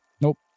Nope